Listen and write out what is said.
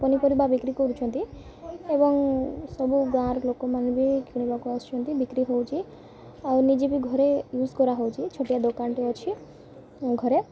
ପନିପରିବା ବିକ୍ରି କରୁଛନ୍ତି ଏବଂ ସବୁ ଗାଁର ଲୋକମାନେ ବି କିଣିବାକୁ ଆସୁଛନ୍ତି ବିକ୍ରି ହେଉଛି ଆଉ ନିଜେ ବି ଘରେ ୟୁଜ୍ କରାହେଉଛି ଛୋଟିଆ ଦୋକାନଟି ଅଛି ଘରେ